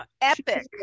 epic